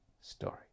story